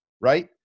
right